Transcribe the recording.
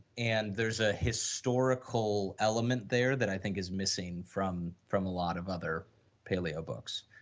and, there is a historical element there that i think is missing from from a lot of other paleo books